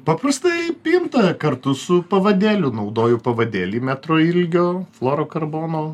paprastai pintą kartu su pavadėliu naudoju pavadėlį metro ilgio floro karbono